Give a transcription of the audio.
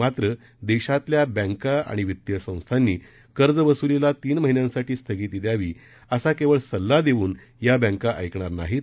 मात्र देशातल्या बँका आणि वित्तीय संस्थांनी कर्जवसुली तीन महिन्यांसाठी स्थगित करावी असा केवळ सल्ला देऊन या बँका ऐकणार नाहीत